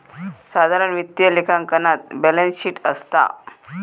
साधारण वित्तीय लेखांकनात बॅलेंस शीट असता